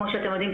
כמו שאתם יודעים,